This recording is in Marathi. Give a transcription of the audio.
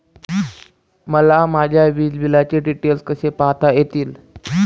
मला माझ्या वीजबिलाचे डिटेल्स कसे पाहता येतील?